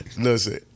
Listen